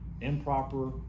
Improper